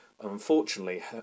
unfortunately